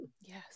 yes